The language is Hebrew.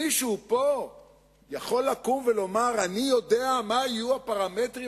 מישהו פה יכול לקום ולומר: אני יודע מה יהיו הפרמטרים